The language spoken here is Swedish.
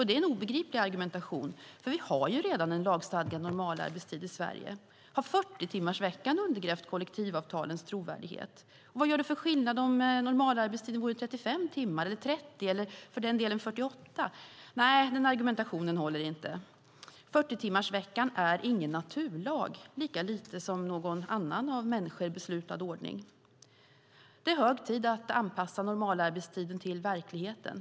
Det är en obegriplig argumentation, för vi har redan en lagstadgad normalarbetstid i Sverige. Har 40-timmarsveckan undergrävt kollektivavtalens trovärdighet? Vad gör det för skillnad om normalarbetstiden är 35 timmar eller 30 eller för den delen 48? Nej, den argumentationen håller inte. 40-timmarsveckan är ingen naturlag, lika lite som någon annan av människor beslutad ordning. Det är hög tid att anpassa normalarbetstiden till verkligheten.